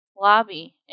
Lobby